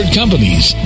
companies